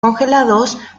congelados